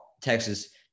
Texas